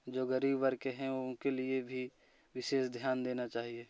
जो गरीब वर्ग हैं उनके लिए भी विशेष ध्यान देना चाहिए